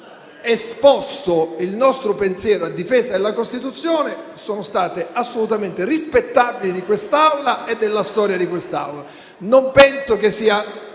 abbiamo esposto il nostro pensiero a difesa della Costituzione sono state assolutamente rispettabili di quest'Aula e della sua storia. Non penso sia